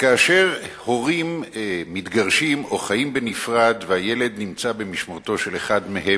כאשר הורים מתגרשים או חיים בנפרד והילד נמצא במשמורתו של אחד מהם,